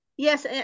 Yes